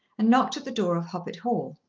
and knocked at the door of hoppet hall.